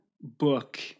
book